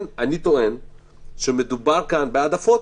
אני טוען שמדובר בהעדפות